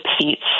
seats